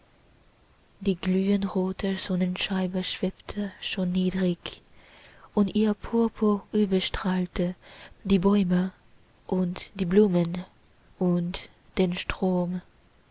die glühend rote sonnenscheibe schwebte schon niedrig und ihr purpur überstrahlte die bäume und die blumen und den strom